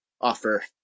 offer